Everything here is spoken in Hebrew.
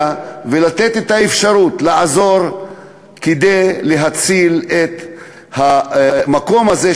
ולתת את האפשרות לעזור כדי להציל את המקום הזה,